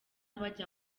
bajya